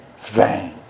vain